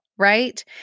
right